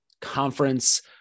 conference